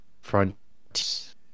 front